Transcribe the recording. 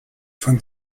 von